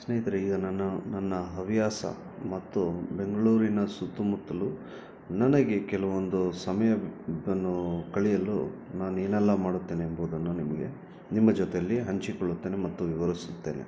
ಸ್ನೇಹಿತರೆ ಈಗ ನಾನು ನನ್ನ ಹವ್ಯಾಸ ಮತ್ತು ಬೆಂಗಳೂರಿನ ಸುತ್ತಮುತ್ತುಲು ನನಗೆ ಕೆಲವೊಂದು ಸಮಯ ಕಳೆಯಲು ನಾನು ಏನೆಲ್ಲಾ ಮಾಡುತ್ತೇನೆಂಬುದನ್ನು ನಿಮಗೆ ನಿಮ್ಮ ಜೊತೆಯಲ್ಲಿ ಹಂಚಿಕೊಳ್ಳುತ್ತೇನೆ ಮತ್ತು ವಿವರಿಸುತ್ತೇನೆ